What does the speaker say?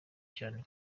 cyane